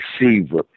receiver